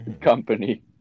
company